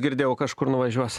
girdėjau kažkur nuvažiuos